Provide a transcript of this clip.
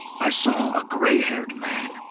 i saw a gray-haired man,